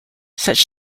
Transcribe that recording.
such